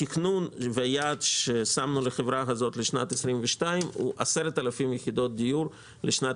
התכנון והיעד ששמנו לחברה הזו לשנת 22' הוא 10,000 יחידות דיור לשנת